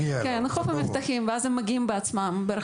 כחוף מבטחים ואז הם מגיעים בעצמם.